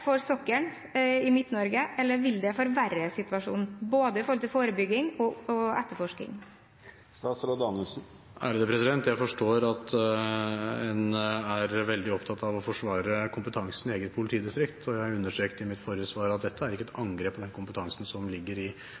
for sokkelen i Midt-Norge, eller vil det forverre situasjonen – med hensyn til både forebygging og etterforsking? Jeg forstår at en er veldig opptatt av å forsvare kompetansen i eget politidistrikt, og jeg understreket i mitt forrige svar at dette ikke er et angrep på kompetansen som ligger i